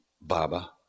Baba